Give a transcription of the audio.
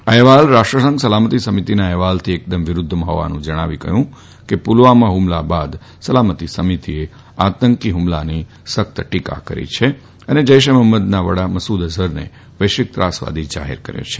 આ અહેવાલ રાષ્ટ્રસંઘ સલામતિ સમિતિના અહેવાલથી એકદમ વિરૂદ્ધમાં હોવાનું જણાવી તેમણે કહ્યું કે પુલવામા ફમલા બાદ સલામતિ સમિતિએ આતંકી ફ્મલાની સખ્ત ટીકા કરી છે અને જૈશે મહંમદના વડા મસૂર અઝ્રફરને વૈશ્વિક ત્રાસવાદી જાહેર કર્યો છે